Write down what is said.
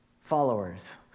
followers